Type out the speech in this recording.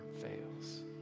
fails